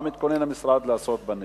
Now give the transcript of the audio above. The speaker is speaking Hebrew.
מה מתכונן המשרד לעשות בנדון?